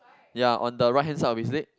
ya on the right hand side of his leg